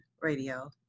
Radio